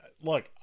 Look